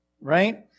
right